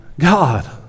God